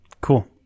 cool